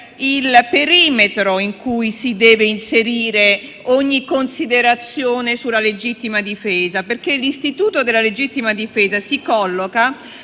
il perimetro in cui si deve inserire ogni considerazione sulla legittima difesa. L'istituto della legittima difesa si colloca